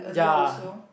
ya